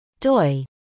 Doi